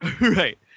Right